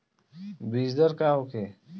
बीजदर का होखे?